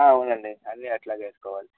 అవునండి అన్నీ అట్లాగే వేసుకోవాలి